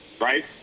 Right